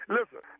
Listen